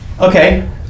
Okay